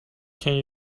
can